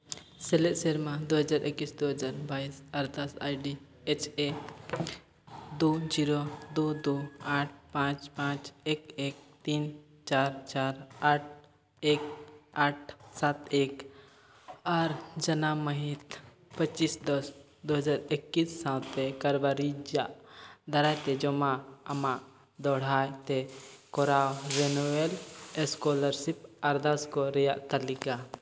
ᱥᱮᱞᱮᱫ ᱥᱮᱨᱢᱟ ᱫᱩ ᱦᱟᱡᱟᱨ ᱮᱹᱠᱩᱥ ᱫᱩ ᱦᱟᱡᱟᱨ ᱵᱟᱹᱭᱤᱥ ᱟᱨᱫᱟᱥ ᱟᱹᱭᱰᱤ ᱮᱭᱤᱪ ᱮᱹ ᱫᱩᱭ ᱡᱤᱨᱳ ᱫᱩ ᱫᱩ ᱟᱴ ᱯᱟᱸᱪ ᱯᱟᱸᱪ ᱮᱹᱠ ᱮᱹᱠ ᱛᱤᱱ ᱪᱟᱨ ᱪᱟᱨ ᱟᱴ ᱮᱹᱠ ᱟᱴ ᱥᱟᱛ ᱮᱹᱠ ᱟᱨ ᱡᱟᱱᱟᱢ ᱢᱟᱹᱦᱤᱛ ᱯᱚᱸᱪᱤᱥ ᱫᱚᱥ ᱫᱩ ᱦᱟᱡᱟᱨ ᱮᱹᱠᱩᱥ ᱥᱟᱶᱛᱮ ᱠᱟᱨᱵᱟᱹᱨᱤᱡᱟᱜ ᱫᱟᱨᱟᱭ ᱛᱮ ᱡᱚᱢᱟ ᱟᱢᱟᱜ ᱫᱚᱦᱲᱟ ᱛᱮ ᱟᱢᱟᱜ ᱨᱮᱱᱩᱭᱮᱞ ᱥᱠᱚᱞᱟᱨᱥᱤᱯ ᱟᱨᱫᱟᱥ ᱠᱚ ᱨᱮᱭᱟᱜ ᱛᱟᱹᱞᱤᱠᱟ